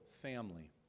family